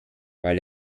weil